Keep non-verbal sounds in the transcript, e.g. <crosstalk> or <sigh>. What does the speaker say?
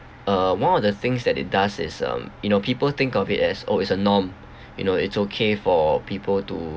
uh one of the things that it does is um you know people think of it as oh is a norm <breath> you know it's okay for people to